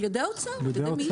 על ידי האוצר, על ידי מי?